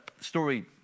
story